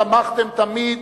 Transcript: תמכתם תמיד